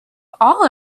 all